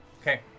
Okay